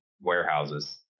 warehouses